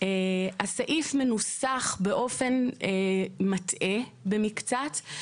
הסעיף מנוסח באופן מטעה במקצת.